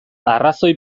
arrazoi